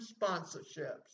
sponsorships